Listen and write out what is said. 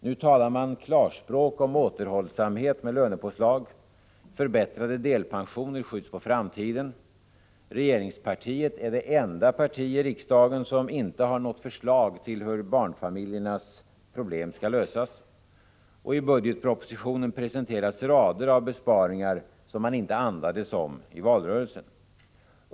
Nu talar man klarspråk om återhållsamhet med lönepåslag. Förbättrade delpensioner skjuts på framtiden. Regeringspartiet är det enda parti i riksdagen som inte har något förslag till hur barnfamiljernas problem skall lösas. Och i budgetpropositionen presenteras rader av besparingar som man inte andades om i valrörelsen.